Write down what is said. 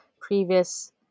previous